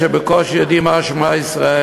שבקושי יודעים לומר "שמע ישראל",